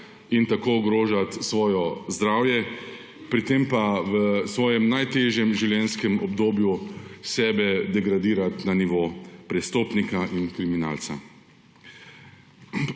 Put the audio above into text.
in tako ogrožati svoje zdravje; pri tem pa v svojem najtežjem življenjskem obdobju sebe degradirati na nivo prestopnika in kriminalca.